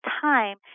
time